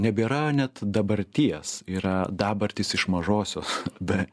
nebėra net dabarties yra dabartys iš mažosios be